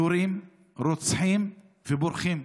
יורים, רוצחים ובורחים.